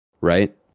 Right